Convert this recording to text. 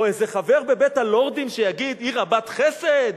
או איזה חבר בבית-הלורדים שיגיד: היא רבת חסד?